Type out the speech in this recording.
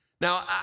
Now